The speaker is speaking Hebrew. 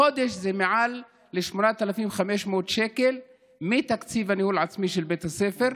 בחודש זה מעל ל-8,500 שקל מתקציב הניהול העצמי של בית הספר,